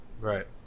right